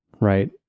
right